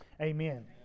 Amen